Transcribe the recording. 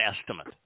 estimate